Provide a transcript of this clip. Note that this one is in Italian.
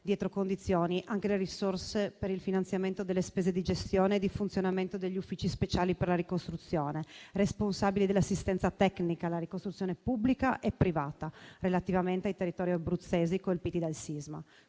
dietro condizioni anche le risorse per il finanziamento delle spese di gestione e di funzionamento degli uffici speciali per la ricostruzione, responsabili dell'assistenza tecnica alla ricostruzione pubblica e privata, relativamente ai territori abruzzesi colpiti dal sisma.